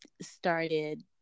started